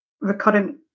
recurrent